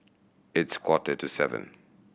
its quarter to seven